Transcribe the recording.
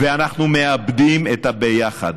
ואנחנו מאבדים את הביחד.